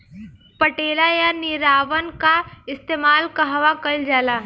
पटेला या निरावन का इस्तेमाल कहवा कइल जाला?